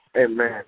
Amen